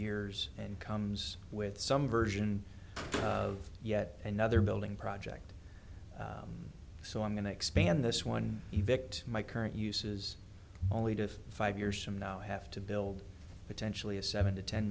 years and comes with some version of yet another building project so i'm going to expand this one even my current uses only to five years from now i have to build potentially a seven to ten